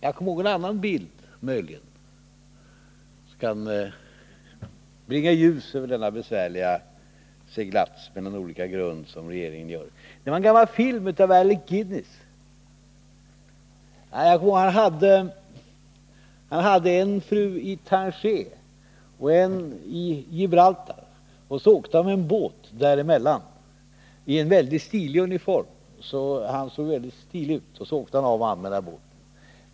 Jag kom på en annan bild som möjligen kan sprida ljus över den besvärliga seglats mellan olika grund som regeringen gör. Jag minns en gammal film med Alec Guinness. Han spelade en sjökapten som hade en fru i Tanger och en i Gibraltar och åkte med sin båt däremellan. Han var väldigt stilig i sin granna uniform.